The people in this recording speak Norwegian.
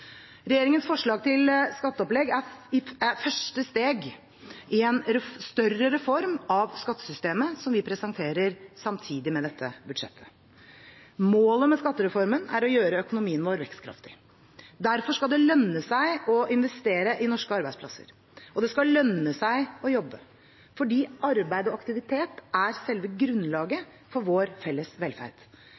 Regjeringens forslag til skatteopplegg er første steg i en større reform av skattesystemet, som vi presenterer samtidig med dette budsjettet. Målet med skattereformen er å gjøre økonomien vår vekstkraftig. Derfor skal det lønne seg å investere i norske arbeidsplasser. Og det skal lønne seg å jobbe, fordi arbeid og aktivitet er selve grunnlaget for vår felles velferd.